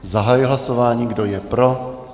Zahajuji hlasování, kdo je pro?